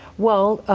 well,